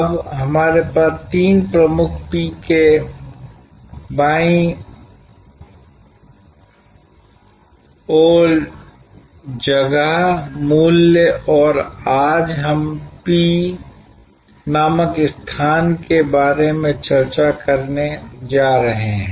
अब हमारे पास तीन प्रमुख P के बायीं ओर जगह मूल्य और आज हम इस P नामक स्थान के बारे में चर्चा करने जा रहे हैं